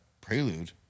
Prelude